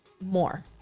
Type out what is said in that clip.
more